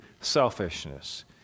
selfishness